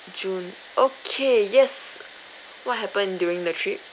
june okay yes what happened during the trip